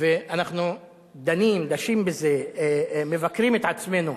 ואנחנו דנים, דשים בזה, מבקרים את עצמנו,